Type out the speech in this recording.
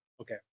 Okay